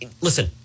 Listen